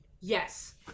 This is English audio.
yes